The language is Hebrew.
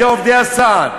על-ידי עובדי הסעד